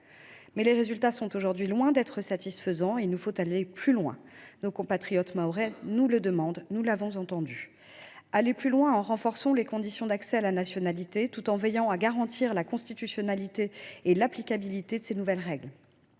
Les résultats étant loin d’être satisfaisants, il nous faut aller plus loin. Nos compatriotes mahorais nous le demandent ; nous les avons entendus. Nous renforçons ainsi les conditions d’accès à la nationalité, tout en veillant à garantir la constitutionnalité et l’applicabilité de ces nouvelles règles.